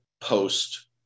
post